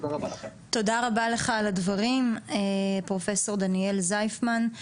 תודה רבה לך על הדברים, פרופ' דניאל זייפמן.